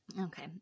Okay